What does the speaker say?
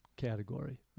category